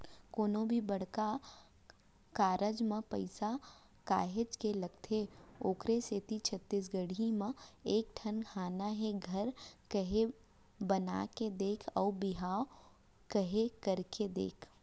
कोनो भी बड़का कारज म पइसा काहेच के लगथे ओखरे सेती छत्तीसगढ़ी म एक ठन हाना हे घर केहे बना के देख अउ बिहाव केहे करके देख